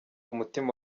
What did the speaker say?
umutima